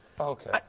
Okay